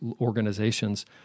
organizations